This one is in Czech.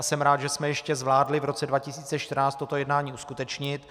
Jsem rád, že jsme ještě zvládli v roce 2014 toto jednání uskutečnit.